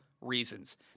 reasons